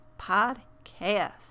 podcast